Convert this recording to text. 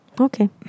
Okay